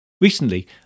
Recently